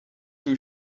too